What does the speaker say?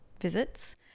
visits